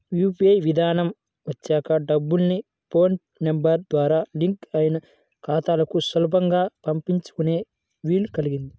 UPI విధానం వచ్చాక డబ్బుల్ని ఫోన్ నెంబర్ ద్వారా లింక్ అయిన ఖాతాలకు సులభంగా పంపించుకునే వీలు కల్గింది